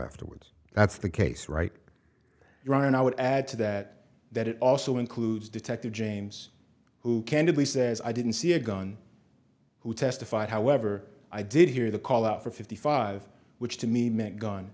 afterwards that's the case right here and i would add to that that it also includes detective james who candidly says i didn't see a gun who testified however i did hear the call out for fifty five which to me meant gun